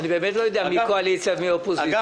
אני באמת לא יודע מי קואליציה, מי אופוזיציה.